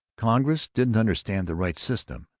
congress didn't understand the right system.